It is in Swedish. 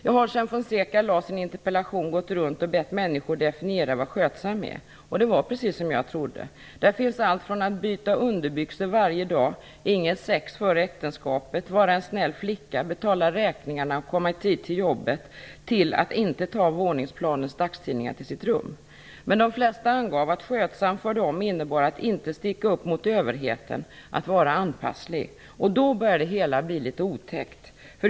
Jag har sedan Juan Fonseca ställde sin interpellation gått runt och bett människor definiera vad "skötsam" är. Det var precis som jag trodde. Där finns allt från "byta underbyxor varje dag", "inget sex före äktenskapet", "vara en snäll flicka", "betala räkningarna" och "komma i tid till jobbet" till "inte ta våningsplanets dagstidningar till sitt rum". Men de flesta angav att "skötsam" för dem innebar att inte sticka upp mot överheten - att vara anpasslig. Då börjar det hela bli litet otäckt.